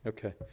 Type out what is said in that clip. Okay